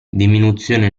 diminuzione